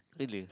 really